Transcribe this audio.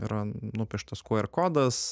yra nupieštas qr kodas